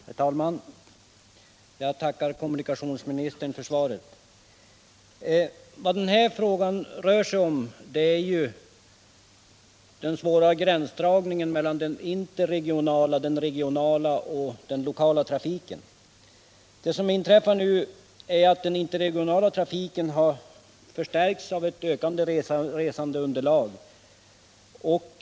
Herr talman! Jag tackar kommunikationsministern för svaret. Den här frågan gäller den svåra gränsdragningen mellan den interregionala, den regionala och den lokala trafiken. Den interregionala trafiken har nu förstärkts av ett ökat resandeunderlag.